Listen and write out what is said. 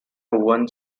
one